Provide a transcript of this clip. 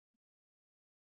ही गोष्ट कष्ट साध्य आहे